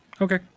Okay